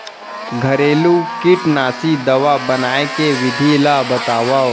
घरेलू कीटनाशी दवा बनाए के विधि ला बतावव?